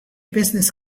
business